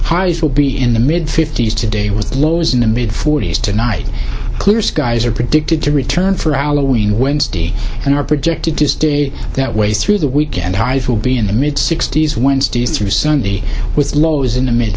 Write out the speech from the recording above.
highs will be in the mid fifty's today with lows in the mid forty's tonight clear skies are predicted to return for our go in wednesday and are predicted to stay that way through the weekend highs will be in the mid sixty's wednesday through sunday with lows in the mid